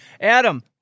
Adam